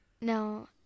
No